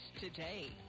today